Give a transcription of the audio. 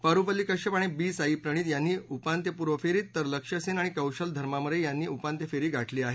परुपल्ली कश्यप आणि बी साईप्रणीत यांनी उपांत्यपूर्व फेरीत तर लक्ष्य सेन आणि कौशल धर्मामर यांनी उपांत्य फेरी गाठली आहे